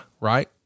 right